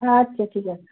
আচ্ছা ঠিক আছে